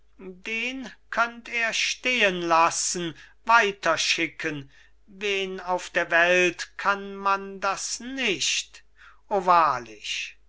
den könnt er stehenlassen weiterschicken wen auf der welt kann man das nicht o wahrlich